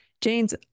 Jane's